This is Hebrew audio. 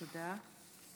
תודה.